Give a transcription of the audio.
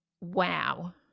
Wow